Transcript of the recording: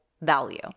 value